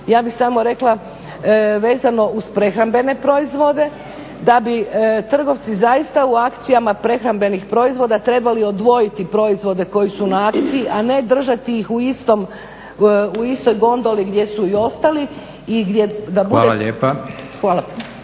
ja bih samo rekla vezano uz prehrambene proizvode da bi trgovci zaista u akcijama prehrambenih proizvoda trebali odvojiti proizvode koji su na akciji, a ne držati ih u istoj gondoli gdje su i ostali i gdje da